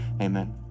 Amen